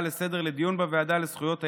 לסדר-היום לדיון בוועדה זכויות הילד,